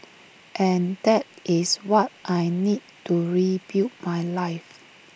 and that is what I need to rebuild my life